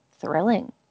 thrilling